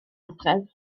adref